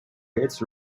hits